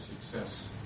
success